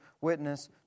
witness